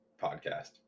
podcast